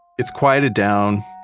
it's quieted down,